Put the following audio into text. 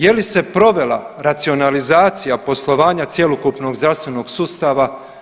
Je li se provela racionalizacija poslovanja cjelokupnog zdravstvenog sustava?